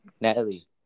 Natalie